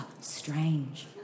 strange